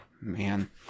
Man